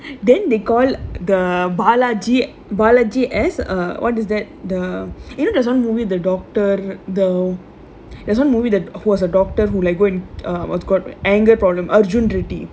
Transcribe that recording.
then they call the balaji balaji as ah what is that the you know there's one movie the doctor though there is one movie that was a doctor who was got anger problem arjun reddy